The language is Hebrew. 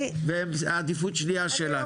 והם עדיפות שניה שלך.